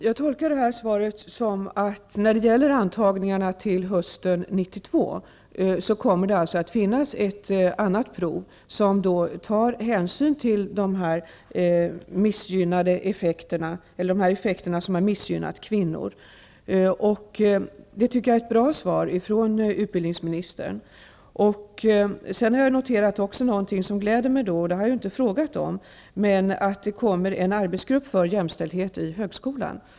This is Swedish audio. Herr talman! Jag tolkar detta svar på ett sådant sätt att det när det gäller antagningarna till hösten 1992 kommer att finnas ett annat prov, där man tar hänsyn till de effekter som har missgynnat kvinnor. Det tycker jag är ett bra svar från utbildningsministern. Jag har även noterat något i svaret som gläder mig, vilket jag inte har frågat om, nämligen att det kommer att tillsättas en arbetsgrupp för jämställdhet i högskolan.